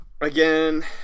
again